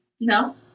no